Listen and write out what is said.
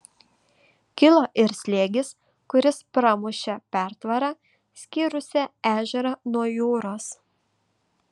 kilo ir slėgis kuris pramušė pertvarą skyrusią ežerą nuo jūros